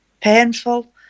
painful